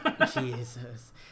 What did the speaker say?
Jesus